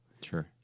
Sure